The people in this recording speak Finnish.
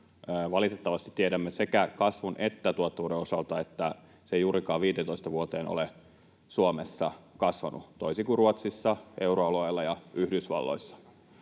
Valitettavasti tiedämme sekä kasvun että tuottavuuden osalta, että Suomessa ei ole 15 vuoteen juurikaan ollut kasvua, toisin kuin Ruotsissa, euroalueella ja Yhdysvalloissa.